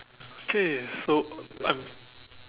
okay so I'm